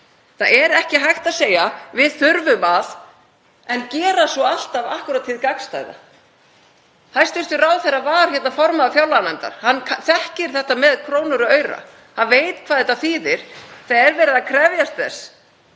Það er ekki hægt að segja: „Við þurfum að“, en gera svo alltaf akkúrat hið gagnstæða. Hæstv. ráðherra var formaður fjárlaganefndar. Hann þekkir þetta með krónur og aura. Hann veit hvað þetta þýðir. Þegar er verið að krefjast